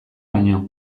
baino